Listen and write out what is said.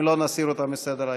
אם לא, נסיר אותה מסדר-היום.